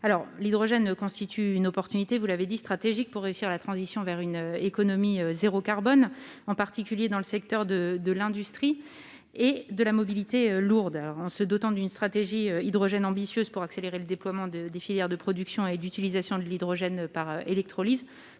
l'hydrogène constitue une piste stratégique, vous l'avez dit, pour réussir la transition vers une économie zéro carbone, en particulier dans le secteur de l'industrie et de la mobilité lourde. En se dotant d'une stratégie hydrogène ambitieuse pour accélérer le déploiement des filières de production et d'utilisation de l'hydrogène par électrolyse,